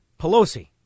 Pelosi